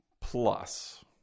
plus